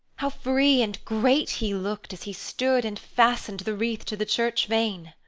how free and great he looked as he stood and fastened the wreath to the church vane!